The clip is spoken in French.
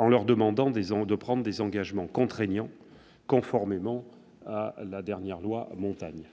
leur demander de prendre des engagements contraignants, conformément à la dernière loi Montagne.